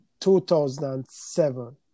2007